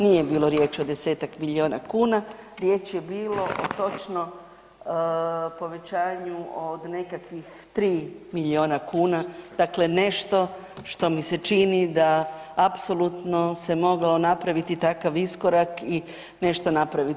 Nije bilo riječi o 10-tak milijona kuna, riječ je bilo o točno povećanju od nekakvih 3 milijona kuna, dakle nešto što mi se čini da apsolutno se moglo napraviti takav iskorak i nešto napraviti.